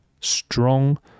strong